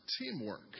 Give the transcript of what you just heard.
teamwork